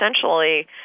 essentially